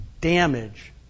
damage